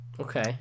Okay